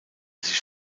sich